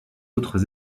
autres